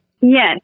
Yes